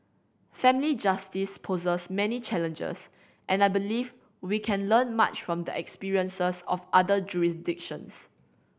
family justice poses many challenges and I believe we can learn much from the experiences of other jurisdictions